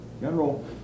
General